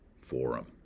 Forum